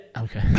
Okay